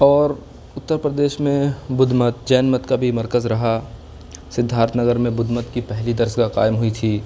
اور اتر پردیش میں بدھ مت جین مت کا بھی مرکز رہا سدھارتھ نگر میں بدھ مت کی پہلی درس گاہ قائم ہوئی تھی